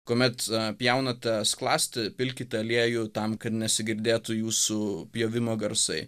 kuomet pjaunate skląstį pilkite aliejų tam kad nesigirdėtų jūsų pjovimo garsai